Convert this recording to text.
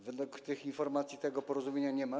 Wedle tych informacji tego porozumienia nie ma.